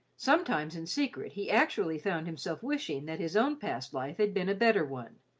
sometimes in secret he actually found himself wishing that his own past life had been a better one,